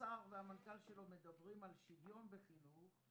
וכשהשר והמנכ"ל שלו מדברים על שוויון בחינוך,